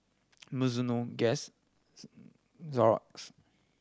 Mizuno Guess Xorex